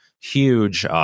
huge